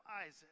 Isaac